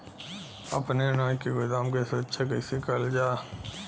अपने अनाज के गोदाम क सुरक्षा कइसे करल जा?